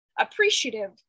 appreciative